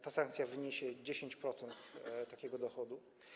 Ta sankcja ma wynosić 10% takiego dochodu.